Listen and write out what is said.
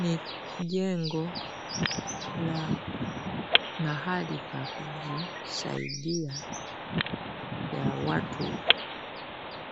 Ni jengo la mahali pa kujisaidia ya watu